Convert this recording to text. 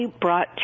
brought